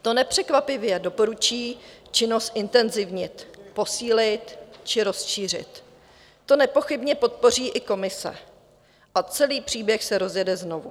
To nepřekvapivě doporučí činnosti zintenzivnit, posílit či rozšířit, to nepochybně podpoří i Komise a celý příběh se rozjede znovu.